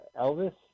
Elvis